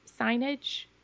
signage